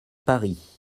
paris